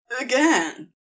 Again